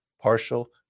partial